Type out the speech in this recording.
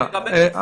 נסתפק.